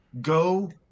go